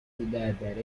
diabetic